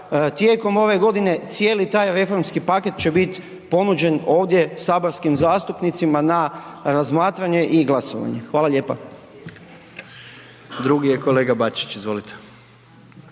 tijekom ove godine cijeli taj reformski paket će bit ponuđen ovdje saborskim zastupnicima na razmatranje i glasovanje. Hvala lijepa. **Jandroković, Gordan